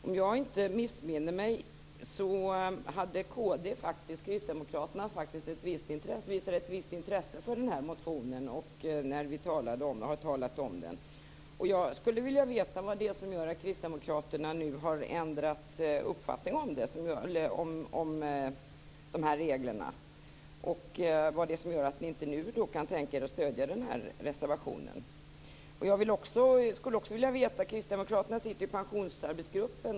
Om jag inte missminner mig visade krisdemokraterna faktiskt ett visst intresse för vår motion när vi talade om den. Jag skulle vilja veta vad det är som gör att kristdemokraterna nu har ändrat uppfattning om de här reglerna och vad det är som gör att ni nu inte kan tänka er att stödja reservationen. Kristdemokraterna sitter i pensionsarbetsgruppen.